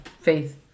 faith